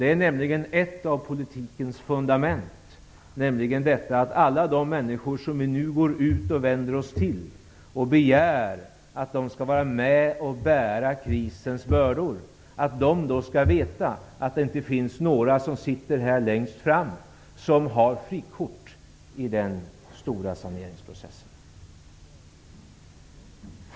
Det är nämligen ett av politikens fundament att alla de människor som vi nu går ut och vänder oss till och begär att de skall vara med och bära krisens bördor skall veta att det inte finns några som sitter här längst fram som har frikort i den stora saneringsprocessen.